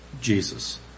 Jesus